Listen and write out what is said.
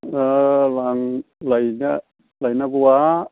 लायनो लायनांगौआ